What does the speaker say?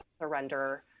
surrender